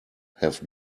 have